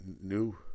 New